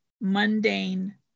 mundane